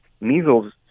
measles